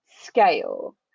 scale